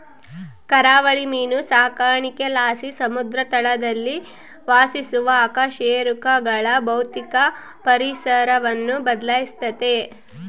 ಕರಾವಳಿ ಮೀನು ಸಾಕಾಣಿಕೆಲಾಸಿ ಸಮುದ್ರ ತಳದಲ್ಲಿ ವಾಸಿಸುವ ಅಕಶೇರುಕಗಳ ಭೌತಿಕ ಪರಿಸರವನ್ನು ಬದ್ಲಾಯಿಸ್ತತೆ